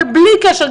אבל בלי קשר,